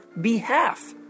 behalf